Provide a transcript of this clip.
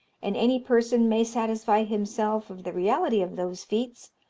and any person may satisfy himself of the reality of those feats,